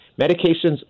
medications